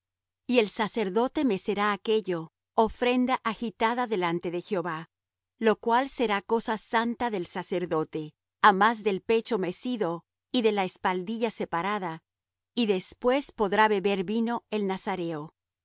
y el sacerdote mecerá aquello ofrenda agitada delante de jehová lo cual será cosa santa del sacerdote á más del pecho mecido y de la espaldilla separada y después podrá beber vino el nazareo